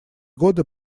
годы